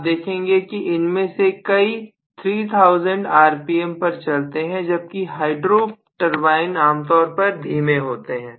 आप देखेंगे कि उनमें से कई 3000 आरपीएम पर चलते हैं जबकि हाइड्रो टर्बाइन आमतौर पर धीमे होते हैं